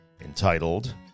entitled